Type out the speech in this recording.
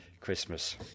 Christmas